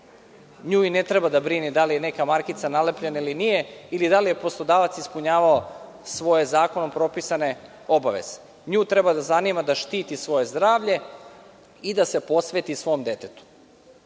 Nju i ne treba da brine da li je neka markica nalepljena ili nije, ili da li je poslodavac ispunjavao svoje zakonom propisane obaveze. Nju treba da zanima da štiti svoje zdravlje i da se posveti svom detetu. Žao